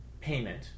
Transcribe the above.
payment